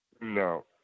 No